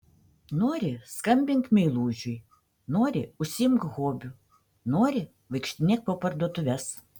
nori skambink meilužiui nori užsiimk hobiu nori vaikštinėk po parduotuves